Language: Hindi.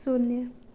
शून्य